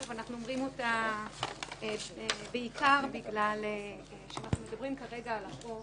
אנחנו אומרים אותה בעיקר מכיוון שאנחנו מדברים כרגע על החוק